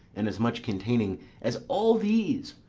and as much containing as all these,